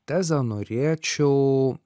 tezę norėčiau